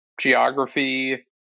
geography